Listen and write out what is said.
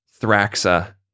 Thraxa